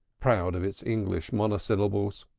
proud of its english monosyllables.